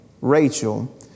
Rachel